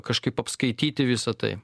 kažkaip apskaityti visa tai